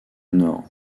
nord